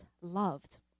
loved